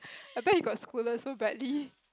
I bet you got scolded so badly